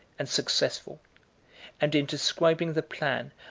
and successful and in describing the plan,